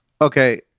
okay